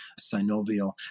synovial